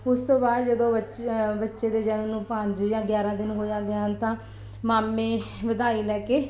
ਉਸ ਤੋਂ ਬਾਅਦ ਜਦੋਂ ਬੱਚੇ ਬੱਚੇ ਦੇ ਜਨਮ ਨੂੰ ਪੰਜ ਜਾਂ ਗਿਆਰਾਂ ਦਿਨ ਹੋ ਜਾਂਦੇ ਹਨ ਤਾਂ ਮਾਮੇ ਵਧਾਈ ਲੈ ਕੇ